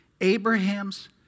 Abraham's